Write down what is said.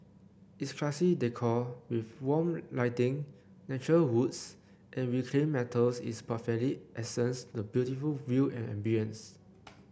its classy decor with warm lighting natural woods and reclaimed metals is perfectly accents the beautiful view and ambience